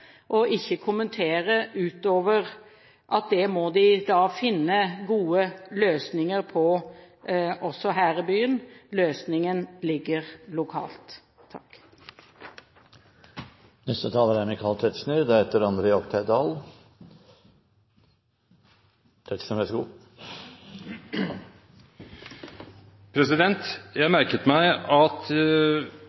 og ikke kommentere, utover at det må de finne gode løsninger på også her i byen. Løsningen ligger lokalt. Jeg